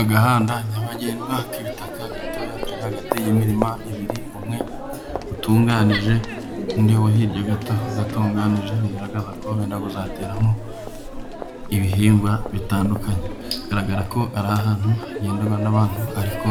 Agahanda Nyabagendwa k'ibitaka gatoya kari hagati y'imirima ibiri, umwe utunganije, undi wa hirya gato adatunganijwe, bigaragaza ko wenda kuzateramo ibihingwa bitandukanye. Bigaragara ko ari ahantu hagendanwa n'abantu ariko,